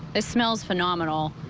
it smells phenomenal.